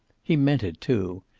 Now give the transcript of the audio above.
he meant it, too.